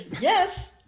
Yes